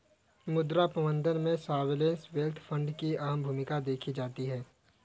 मुद्रा प्रबन्धन में सॉवरेन वेल्थ फंड की अहम भूमिका देखी जाती है